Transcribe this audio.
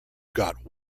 got